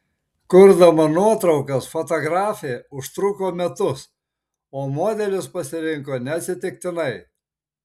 kurdama nuotraukas fotografė užtruko metus o modelius pasirinko neatsitiktinai